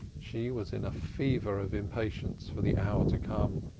she was in a fever of impatience for the hour to come.